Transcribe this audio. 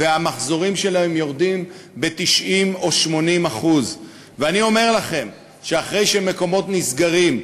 והמחזורים שלהם יורדים ב-90% או 80%. ואני אומר לכם שאחרי שמקומות נסגרים,